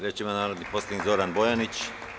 Reč ima narodni poslanik Zoran Bojanić.